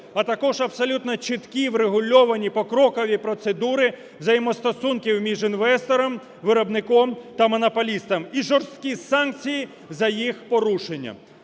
а також абсолютно чіткі врегульовані покрокові процедури взаємостосунків між інвестором, виробником та монополістом і жорсткі санкції за їх порушення.